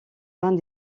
mains